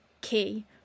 key